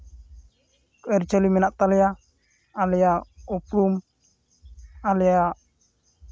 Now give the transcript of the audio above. ᱟᱹᱨᱤᱪᱟᱹᱞᱤ ᱢᱮᱱᱟᱜ ᱛᱟᱞᱮᱭᱟ ᱟᱞᱮᱭᱟᱜ ᱩᱯᱨᱩᱢ ᱟᱞᱮᱭᱟᱜ